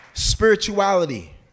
Spirituality